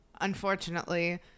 unfortunately